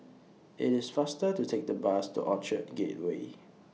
IT IS faster to Take The Bus to Orchard Gateway